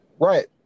Right